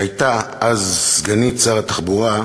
שהייתה אז סגנית שר התחבורה,